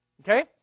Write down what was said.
Okay